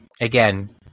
again